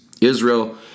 Israel